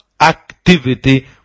activity